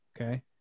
Okay